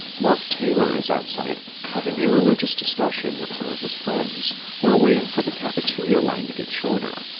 mark taylor is outside having a religious discussion with some of his friends who are waiting for the cafeteria line to get shorter.